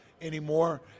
Anymore